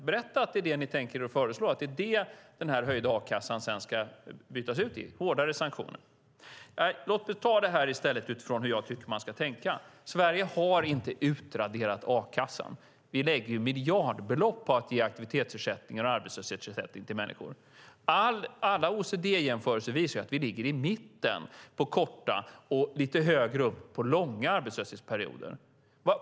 Berätta att det är det ni tänker föreslå, att det är det den höjda a-kassan sedan ska bytas ut mot - hårdare sanktioner! Nej, låt mig i stället ta detta utifrån hur jag tycker att man ska tänka. Sverige har inte utraderat a-kassan - vi lägger miljardbelopp på att ge aktivitetsersättningar och arbetslöshetsersättning till människor. Alla OECD-jämförelser visar att vi ligger i mitten på den korta arbetslöshetsperioden och lite högre upp på den långa.